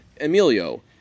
Emilio